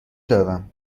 دارم